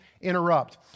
interrupt